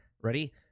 Ready